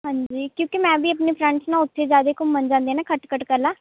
ਹਾਂਜੀ ਕਿਉਂਕਿ ਮੈਂ ਵੀ ਆਪਣੇ ਫਰੈਂਡਸ ਨਾਲ ਉੱਥੇ ਜ਼ਿਆਦਾ ਘੁੰਮਣ ਜਾਂਦੇ ਹਾਂ ਨਾ ਖਟਕੜ ਕਲਾਂ